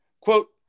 quote